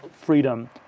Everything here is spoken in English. freedom